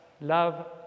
Love